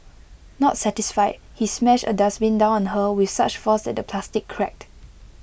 not satisfied he smashed A dustbin down on her with such force that the plastic cracked